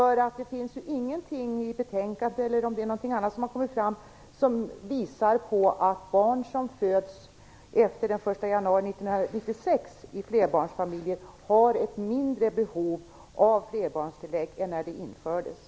Det finns inget i betänkandet eller någonting annat som kommit fram som visar att barn som föds efter den 1 januari 1996 i flerbarnsfamiljer har ett mindre behov av flerbarnstillägg än barn som fötts tidigare.